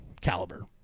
caliber